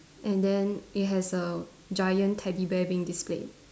and then it has a giant teddy bear being displayed